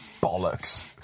Bollocks